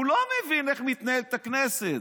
הוא לא מבין איך מתנהלת הכנסת.